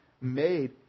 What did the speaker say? made